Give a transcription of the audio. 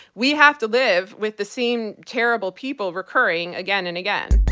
we have to live with the same terrible people recurring again and again,